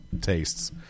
tastes